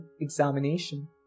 examination